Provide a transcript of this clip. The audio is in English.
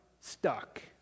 stuck